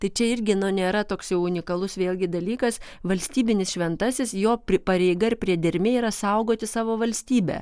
tai čia irgi nu nėra toks jau unikalus vėlgi dalykas valstybinis šventasis jo pareiga ir priedermė yra saugoti savo valstybę